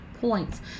points